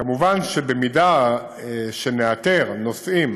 כמובן, במידה שנאתר נוסעים